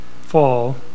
fall